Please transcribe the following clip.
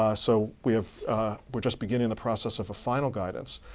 ah so we're we're just beginning the process of a final guidance.